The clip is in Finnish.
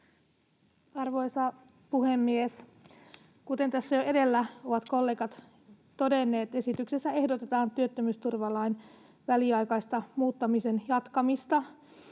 Arvoisa puhemies! Kuten tässä jo edellä ovat kollegat todenneet, esityksessä ehdotetaan työttömyysturvalain muuttamisen väliaikaista